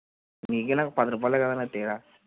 మీకు నాకు పది రూపాయలు కదన్నా తేడా